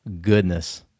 goodness